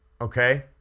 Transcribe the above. okay